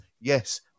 yes